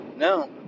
No